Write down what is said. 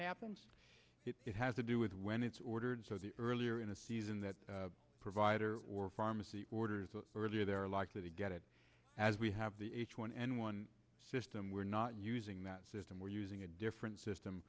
happens it has to do with when it's ordered so the earlier in the season that provider or pharmacy orders earlier they're likely to get it as we have the h one n one system we're not using that system we're using a different system